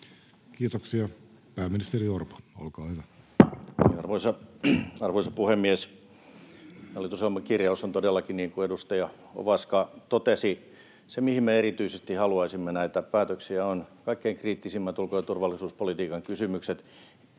Guzenina sd) Time: 16:07 Content: Arvoisa puhemies! Hallitusohjelman kirjaus on todellakin niin kuin edustaja Ovaska totesi. Mihin me erityisesti haluaisimme näitä päätöksiä, ovat kaikkein kriittisimmät ulko- ja turvallisuuspolitiikan kysymykset.